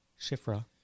Shifra